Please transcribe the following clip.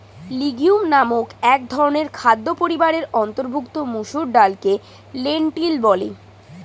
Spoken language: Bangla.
লিগিউম নামক একধরনের খাদ্য পরিবারের অন্তর্ভুক্ত মসুর ডালকে লেন্টিল বলে